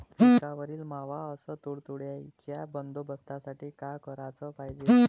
पिकावरील मावा अस तुडतुड्याइच्या बंदोबस्तासाठी का कराच पायजे?